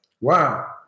Wow